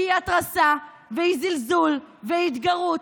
כי היא התרסה והיא זלזול והיא התגרות,